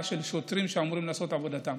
של שוטרים שאמורים לעשות את עבודתם.